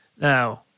Now